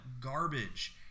garbage